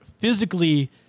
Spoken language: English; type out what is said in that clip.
physically